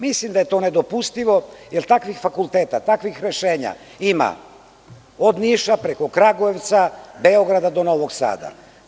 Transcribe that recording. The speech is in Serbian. Mislim da je to nedopustivo, jer takvih fakulteta, takvih rešenja ima od Niša preko Kragujevca, Beograda do Novog Sada.